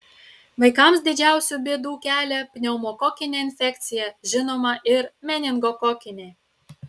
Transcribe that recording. vaikams didžiausių bėdų kelia pneumokokinė infekcija žinoma ir meningokokinė